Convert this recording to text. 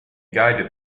guided